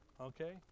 Okay